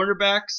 cornerbacks